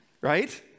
right